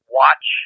watch